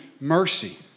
mercy